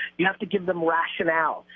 you have to give them rationale.